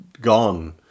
gone